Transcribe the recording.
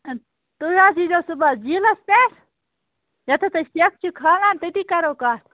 تُہۍ حظ یِیٖزو صُبحس جیٖلس پٮ۪ٹھ ییٚتٮ۪تھ أسۍ سٮ۪کھ چھِ کھالان تٔتِی کَرو کتھ